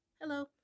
Hello